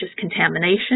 contamination